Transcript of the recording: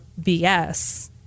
bs